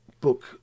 book